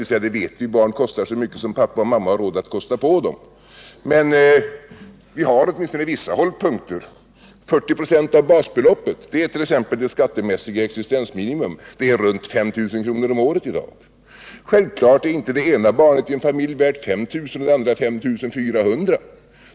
Jo, det vet vi — barn kostar så mycket som pappa och mamma har råd att kosta på dem. Vi har emellertid vissa hållpunkter. 40 96 av basbeloppet är skattemässigt existensminimum. Det är f.n. ca 5000 kr. om året. Självfallet är inte det ena barnet i en familj värt 5 000 och det andra barnet värt 5 400 kr.